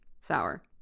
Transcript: sour